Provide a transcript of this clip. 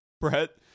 Brett